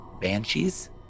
Banshees